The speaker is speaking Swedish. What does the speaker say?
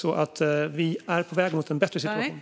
Vi är alltså på väg mot en bättre situation.